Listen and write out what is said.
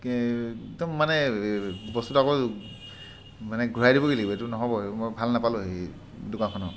একদম মানে বস্তুটো আকৌ মানে ঘূৰাই দিবগে লাগিব এইটো নহ'ব মই ভাল নাপালোঁ এই দোকানখনক